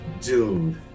Dude